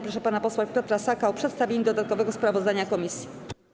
Proszę pana posła Piotra Saka o przedstawienie dodatkowego sprawozdania komisji.